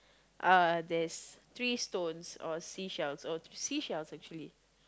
uh there's three stones or seashells or seashells actually